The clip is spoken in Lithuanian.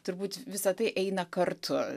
turbūt visa tai eina kartu